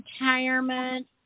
retirement